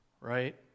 Right